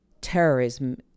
terrorism